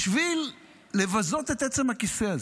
בשביל לבזות את עצם הכיסא הזה,